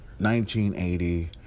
1980